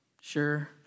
Sure